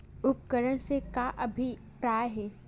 उपकरण से का अभिप्राय हे?